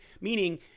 Meaning